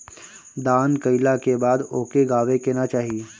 दान कइला के बाद ओके गावे के ना चाही